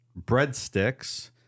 Breadsticks